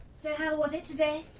so how was it today?